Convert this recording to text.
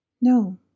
No